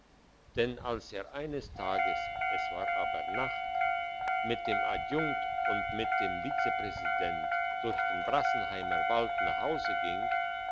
denn als er eines tages es war aber nacht mit dem adjunkt und mit dem vizepräsident durch den brassenheimer wald nach hause ging